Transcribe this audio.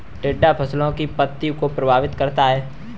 टिड्डा फसलों की पत्ती को प्रभावित करता है